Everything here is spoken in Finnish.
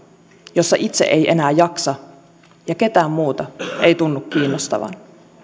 jossa itse ei enää jaksa ja ketään muuta ei tunnu kiinnostavan